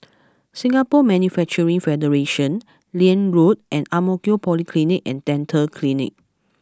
Singapore Manufacturing Federation Liane Road and Ang Mo Kio Polyclinic and Dental Clinic